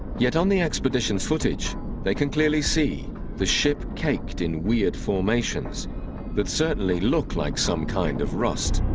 yet on the expedition footage they can clearly see the ship caked in weird formations that certainly look like some kind of rust